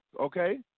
okay